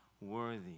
worthy